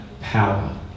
power